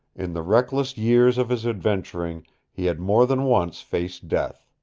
in the reckless years of his adventuring he had more than once faced death.